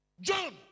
John